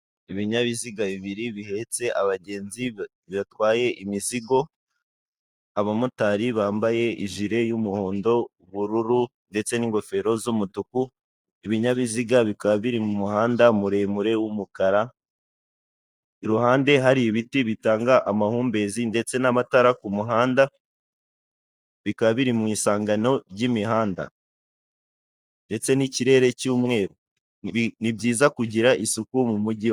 Ibinyabiziga bibiri bihetse abagenzi batwaye imizigo abamotari bambaye ijile y'umuhondo ubururu ndetse n'ingofero z'umutuku ibinyabiziga bikaba biri mu muhanda muremure w'umukara, iruhande hari ibiti bitanga amahumbezi ndetse n'amatara ku muhanda bikaba biri mu isangano ry'imihanda, ndetse n'ikirere cy'umweru ni byiza kugira isuku mu mujyi.